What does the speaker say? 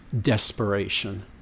desperation